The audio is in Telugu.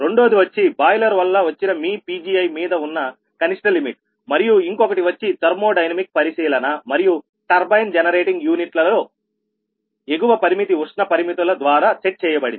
రెండోది వచ్చి బాయిలర్ వల్ల వచ్చిన మీ Pgiమీద ఉన్న కనిష్ట లిమిట్ మరియు ఇంకొకటి వచ్చి ధర్మో డైనమిక్ పరిశీలన మరియు టర్బైన్ జనరేటింగ్ యూనిట్లలో ఎగువ పరిమితి ఉష్ణ పరిమితుల ద్వారా సెట్ చేయబడింది